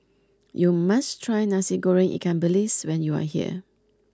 you must try Nasi Goreng Ikan Bilis when you are here